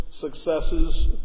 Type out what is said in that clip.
successes